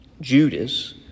Judas